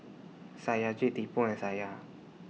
Satyajit Tipu and Satya